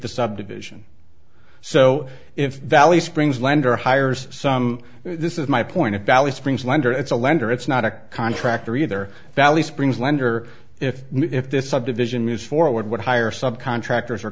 the subdivision so if valley springs lender hires some this is my point of valley springs lender it's a lender it's not a contractor either valley springs lender if if this subdivision moves forward what hire subcontractors are